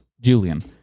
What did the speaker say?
Julian